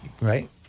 right